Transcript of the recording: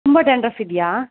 ತುಂಬ ಡ್ಯಾಂಡ್ರಫ್ ಇದ್ಯಾ